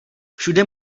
všude